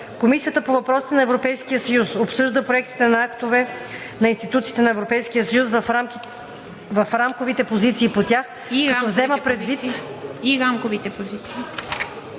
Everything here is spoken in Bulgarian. Комисията по въпросите на Европейския съюз обсъжда проектите на актове на институциите на Европейския съюз и рамковите позиции по тях, като взема предвид докладите на